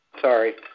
Sorry